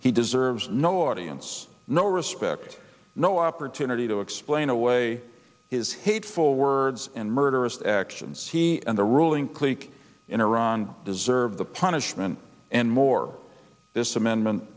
he deserves no audience no respect no opportunity to explain away his hateful words and murderous actions he and the ruling clique in iran deserve the punishment and more this amendment